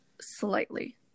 slightly